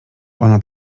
ona